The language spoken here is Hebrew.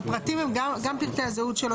הפרטים הם גם פרטי הזהות שלו,